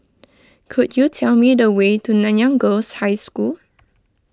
could you tell me the way to Nanyang Girls' High School